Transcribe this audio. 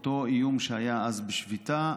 אותו איום שהיה אז בשביתה,